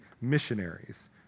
missionaries